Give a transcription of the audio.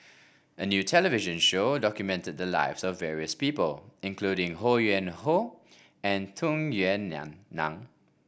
a new television show documente the lives of various people including Ho Yuen Hoe and Tung Yue Nang